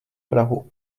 prahu